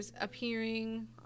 appearing